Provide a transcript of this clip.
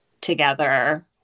together